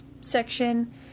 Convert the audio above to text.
section